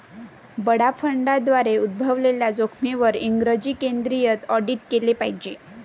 बडा फंडांद्वारे उद्भवलेल्या जोखमींवर इंग्रजी केंद्रित ऑडिट केले पाहिजे